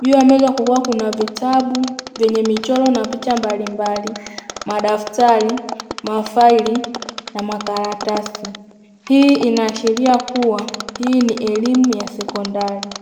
juu ya meza kulikuwa kuna vitabu vyenye michoro na picha mbalimbali madaftari, mafaili na makaratasi, hii inaashiria kuwa hii ni elimu ya sekondari.